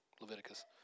Leviticus